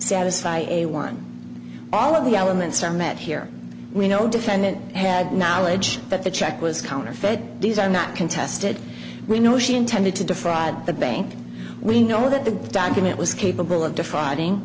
satisfy a one all of the elements are met here we know defendant had knowledge that the check was counterfeit these are not contested we know she intended to defraud the bank we know that the document was capable of defrauding